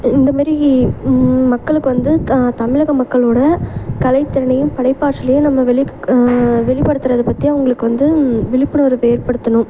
இந்தமாரி மக்களுக்கு வந்து தமிழக மக்களோட கலைத்திறனையும் படைப்பாற்றலையும் நம்ம வெளிக் வெளிப்படுத்துறதை பற்றி அவங்களுக்கு வந்து விழிப்புணர்வு ஏற்படுத்தணும்